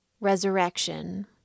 resurrection